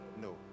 no